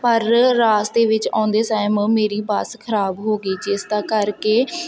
ਪਰ ਰਾਸਤੇ ਵਿੱਚ ਆਉਂਦੇ ਟਾਇਮ ਮੇਰੀ ਬੱਸ ਖਰਾਬ ਹੋ ਗਈ ਜਿਸ ਦਾ ਕਰਕੇ